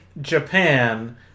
Japan